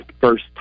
first